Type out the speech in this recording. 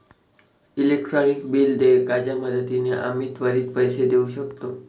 electronic bill देयकाच्या मदतीने आम्ही त्वरित पैसे देऊ शकतो